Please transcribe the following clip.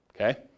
okay